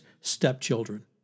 Stepchildren